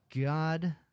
god